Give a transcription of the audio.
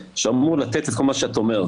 שאמור לתת את כל מה שאת אומרת.